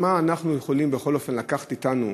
מה אנחנו יכולים בכל אופן לקחת אתנו